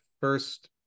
first